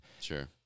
Sure